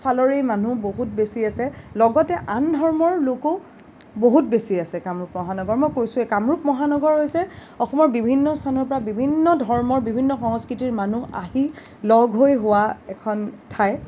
ফালৰে মানুহ বহুত বেছি আছে লগতে আন ধৰ্মৰ লোকো বহুত বেছি আছে কামৰূপ মহানগৰত মই কৈছোৱে কামৰূপ মহানগৰ হৈছে অসমৰ বিভিন্ন স্থানৰ পৰা বিভিন্ন ধৰ্মৰ বিভিন্ন সংস্কৃতিৰ মানুহ আহি লগ হৈ হোৱা এখন ঠাই